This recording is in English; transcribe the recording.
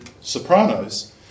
Sopranos